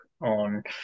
on